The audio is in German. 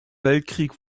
weltkrieg